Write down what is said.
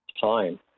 time